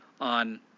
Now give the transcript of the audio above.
on